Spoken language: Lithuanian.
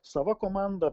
savo komanda